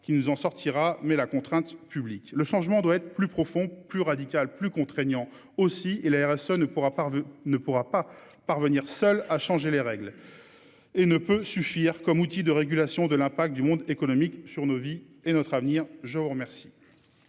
qui nous en sortira mais la contrainte publique le changement doit être plus profond, plus radicale, plus contraignant aussi et la RSE ne pourra pas ne pourra pas parvenir seul à changer les règles. Et ne peut suffire comme outil de régulation de l'impact du monde économique sur nos vies et notre avenir. Je vous remercie.